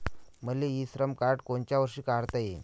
मले e Shram card कोनच्या वर्षी काढता येईन?